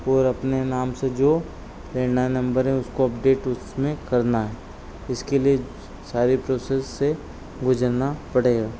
और अपने नाम से जो लैन्डलाइन नम्बर है उसको अपडेट उसमें करना है इसके लिए सारी प्रोसेस से गुजरना पड़ेगा